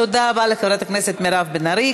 תודה רבה לחברת הכנסת מירב בן ארי.